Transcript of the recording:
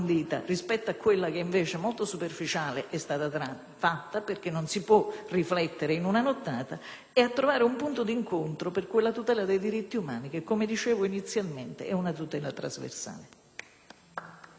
e per trovare un punto di incontro per quella tutela dei diritti umani che, come dicevo inizialmente, è una tutela trasversale.